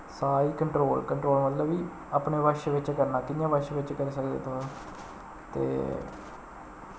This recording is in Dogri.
साह् गी कंट्रोल कंट्रोल मतलब कि अपने बश बिच्च करना कि'यां बश बिच्च करी सकदे तुस ते